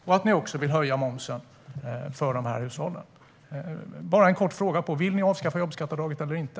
Ni vill också höja momsen för dessa hushåll. Jag har en kort fråga: Vill ni avskaffa jobbskatteavdraget eller inte?